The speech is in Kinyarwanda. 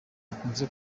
akunze